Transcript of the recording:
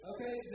Okay